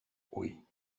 oui